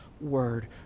word